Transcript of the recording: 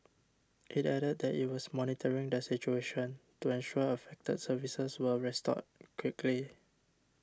it added that it was monitoring the situation to ensure affected services were restored quickly